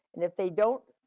and if they don't,